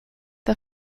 the